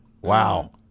Wow